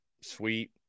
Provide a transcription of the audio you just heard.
sweet